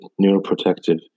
neuroprotective